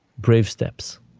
brave steps